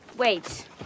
Wait